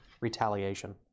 retaliation